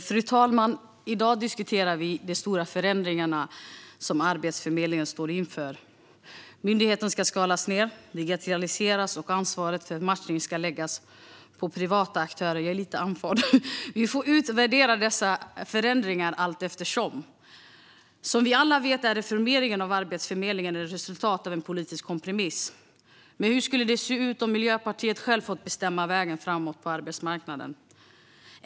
Fru talman! I dag diskuterar vi de stora förändringar som Arbetsförmedlingen står inför. Myndigheten ska skalas ned och digitaliseras, och ansvaret för matchning ska läggas på privata aktörer. Vi får utvärdera dessa förändringar allteftersom. Som vi alla vet är reformeringen av Arbetsförmedlingen ett resultat av en politisk kompromiss. Men hur skulle det ha sett ut om Miljöpartiet självt fått bestämma vägen framåt på arbetsmarknaden?